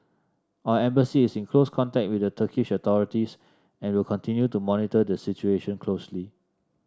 our Embassy is in close contact with the Turkish authorities and will continue to monitor the situation closely